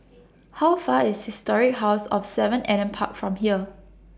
How Far IS Historic House of seven Adam Park from here